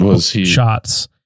shots